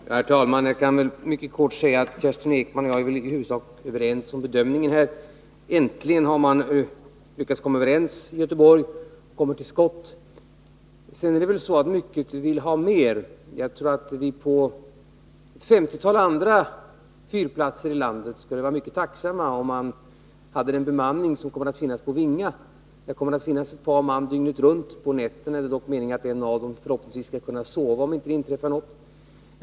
Herr talman! Jag kan helt kort säga att Kerstin Ekman och jag i huvudsak är överens om bedömningen. Äntligen har man lyckats komma överens i Göteborg, man har kommit till skott. Sedan är det väl så, att mycket vill ha mer. Jag tror att man på ett femtiotal andra fyrplatser i landet skulle vara mycket tacksam, om man hade den bemanning som kommer att finnas på Vinga. Där kommer det att finnas ett par man dygnet runt. Det är dock meningen att en av dem skall kunna sova på natten, om det inte inträffar någonting.